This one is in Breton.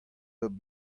bep